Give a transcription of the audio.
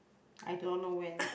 I don't know when